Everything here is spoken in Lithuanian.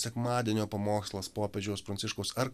sekmadienio pamokslas popiežiaus pranciškaus ar